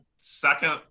second